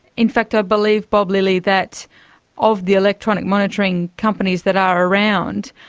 in fact, i believe bob lilly that of the electronic monitoring companies that are around,